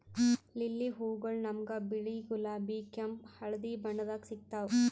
lily ಹೂವಗೊಳ್ ನಮ್ಗ್ ಬಿಳಿ, ಗುಲಾಬಿ, ಕೆಂಪ್, ಹಳದಿ ಬಣ್ಣದಾಗ್ ಸಿಗ್ತಾವ್